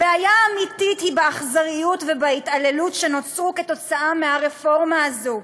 הבעיה האמיתית היא באכזריות ובהתעללות שנוצרו כתוצאה מהרפורמה הזו.